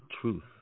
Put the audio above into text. truth